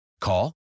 Call